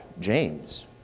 James